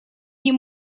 ним